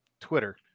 Twitter